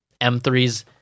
M3s